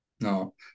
no